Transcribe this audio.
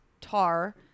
Tar